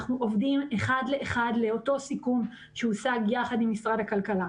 אנחנו עובדים אחד לאחד לאותו סיכום שהושג יחד עם משרד הכלכלה.